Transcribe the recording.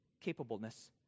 capableness